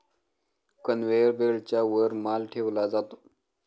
conveyor बेल्टच्या वर माल ठेवला जातो